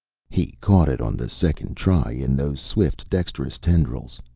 he caught it on the second try, in those swift, dextrous tendrils.